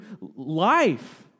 life